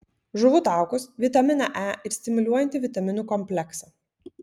žuvų taukus vitaminą e ir stimuliuojantį vitaminų kompleksą